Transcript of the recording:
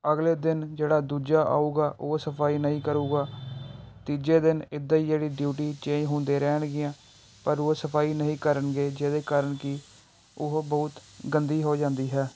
ਅਗਲੇ ਦਿਨ ਜਿਹੜਾ ਦੂਜਾ ਆਊਗਾ ਉਹ ਸਫਾਈ ਨਹੀਂ ਕਰੇਗਾ ਤੀਜੇ ਦਿਨ ਇੱਦਾਂ ਹੀ ਜਿਹੜੀ ਡਿਊਟੀ ਚੇਂਜ ਹੁੰਦੀਆਂ ਰਹਿਣਗੀਆਂ ਪਰ ਉਹ ਸਫਾਈ ਨਹੀਂ ਕਰਨਗੇ ਜਿਹਦੇ ਕਾਰਨ ਕਿ ਉਹ ਬਹੁਤ ਗੰਦੀ ਹੋ ਜਾਂਦੀ ਹੈ